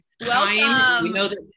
Welcome